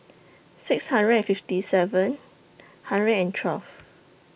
six hundred and fifty seven hundred and twelve